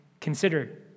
consider